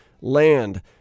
land